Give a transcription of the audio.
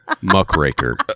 Muckraker